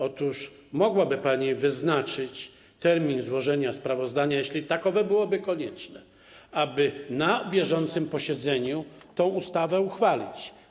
Otóż mogłaby pani wyznaczyć termin złożenia sprawozdania, jeśli takowe byłoby konieczne, aby na bieżącym posiedzeniu tę ustawę uchwalić.